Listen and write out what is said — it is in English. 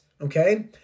Okay